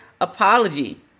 apology